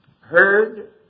heard